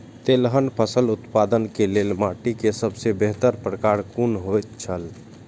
तेलहन फसल उत्पादन के लेल माटी के सबसे बेहतर प्रकार कुन होएत छल?